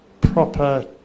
proper